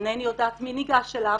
אינני יודעת מי ניגש אליו,